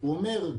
הוא אומר,